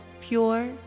pure